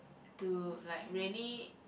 to like really